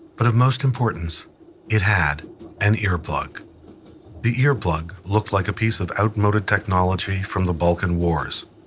but of most importance it had an earplug the earplug looked like a piece of outmoded technology from the balkan wars.